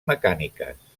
mecàniques